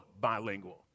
bilingual